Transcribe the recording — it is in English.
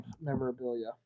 memorabilia